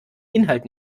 inhalt